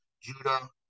Judah